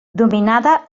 dominada